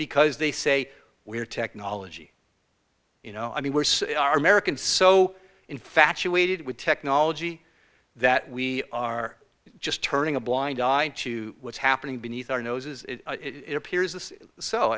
because they say we're technology you know i mean we're americans so infatuated with technology that we are just turning a blind eye to what's happening beneath our noses it appears this